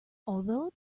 although